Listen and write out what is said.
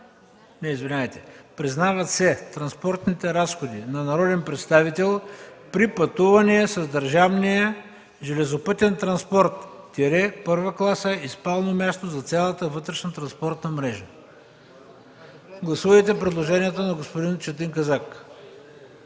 на ал. 1: „признават се транспортните разходи на народен представител при пътуване с държавния железопътен транспорт – първа класа, и спално място за цялата вътрешно-транспортна мрежа”. Гласуваме предложението на господин Четин Казак.